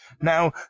Now